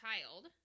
child